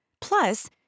Plus